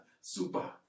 super